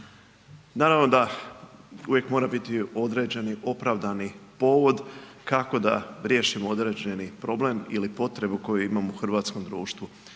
Naravno da uvijek mora biti određeni opravdani povod kako da riješimo određeni problem ili potrebu koju imamo u hrvatskom društvu.